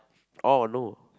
oh no